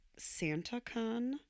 SantaCon